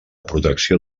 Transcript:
protecció